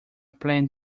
plan